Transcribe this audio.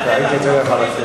הייתי רוצה לתת לך,